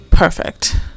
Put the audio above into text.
perfect